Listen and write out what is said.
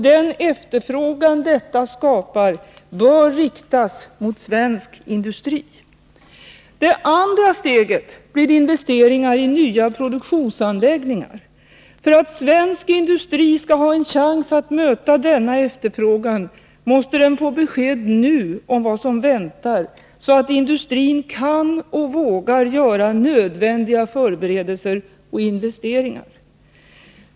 Den efterfrågan detta skapar bör riktas mot svensk industri. Det andra steget blir investeringar i nya produktionsanläggningar. För att svensk industri skall ha en chans att möta denna efterfrågan, måste den få besked nu om vad som väntar, så att industrin kan och vågar göra nödvändiga förberedelser och investeringar.